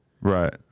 Right